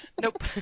Nope